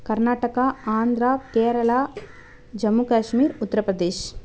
Karnataka Andhra Kerala Jammu Kashmir Uttar Pradesh